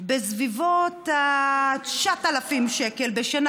בסביבות ה-9,000 שקל בשנה,